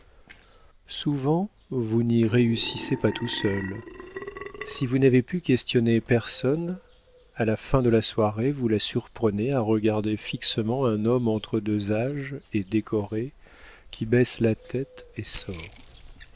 souvent vous n'y réussissez pas tout seul si vous n'avez pu questionner personne à la fin de la soirée vous la surprenez à regarder fixement un homme entre deux âges et décoré qui baisse la tête et sort